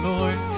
Lord